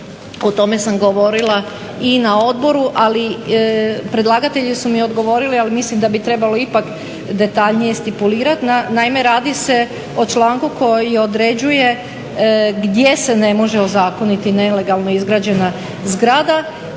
o tome sam govorila i na odboru ali predlagatelji su mi odgovorili, ali mislim da bi trebalo ipak detaljnije stipulirati. Naime, radi se o članku koji određuje gdje se ne može ozakoniti nelegalno izgrađena zgrada